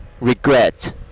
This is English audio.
regret